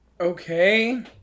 Okay